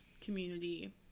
community